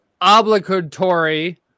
obligatory